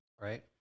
right